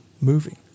moving